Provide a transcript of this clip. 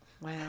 wow